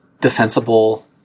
defensible